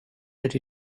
that